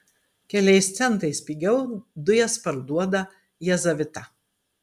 keliais centais pigiau dujas parduoda jazavita